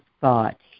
thought